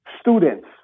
students